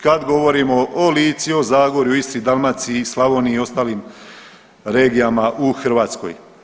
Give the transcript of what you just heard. Kad govorimo o Lici, o Zagorju, Istri, Dalmaciji, Slavoniji i ostalim regijama u Hrvatskoj.